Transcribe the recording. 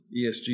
ESG